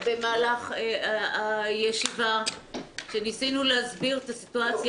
במהלך הישיבה כשניסינו להסביר את הסיטואציה